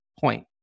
point